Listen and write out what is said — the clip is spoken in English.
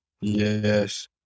Yes